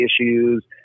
issues